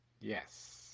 Yes